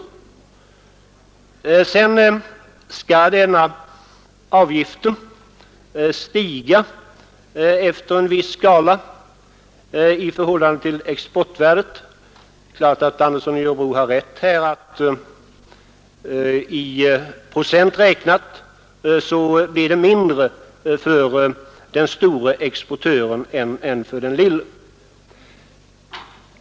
Denna avgift skall stiga efter en viss skala i förhållande till exportvärdet. Det är klart att herr Andersson i Örebro har rätt i att det i procent räknat blir mindre för den store exportören än för den lille.